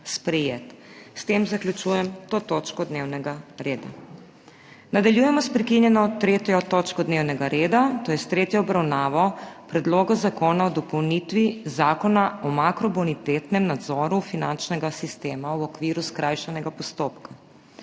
S tem zaključujem to točko dnevnega reda. Nadaljujemo s prekinjeno 3. točko dnevnega reda, to je s tretjo obravnavo Predloga zakona o dopolnitvi Zakona o makrobonitetnem nadzoru finančnega sistema v okviru skrajšanega postopka.